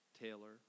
Taylor